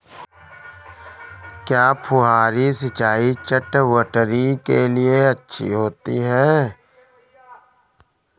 क्या फुहारी सिंचाई चटवटरी के लिए अच्छी होती है?